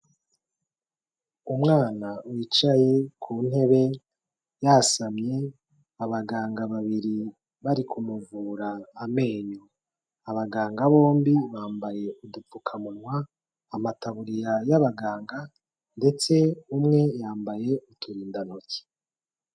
Umwana wicaye ku ntebe yasamye, abaganga babiri bari kumuvura amenyo. Abaganga bombi bambaye udupfukamunwa, amataburiya y'abaganga ndetse umwe yambaye uturindantoki.